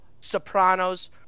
Sopranos